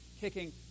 kicking